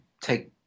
take